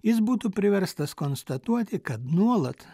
jis būtų priverstas konstatuoti kad nuolat